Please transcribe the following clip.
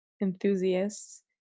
enthusiasts